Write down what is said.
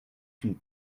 une